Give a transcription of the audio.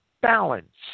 balance